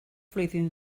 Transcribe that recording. flwyddyn